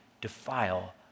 defile